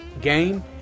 game